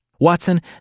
Watson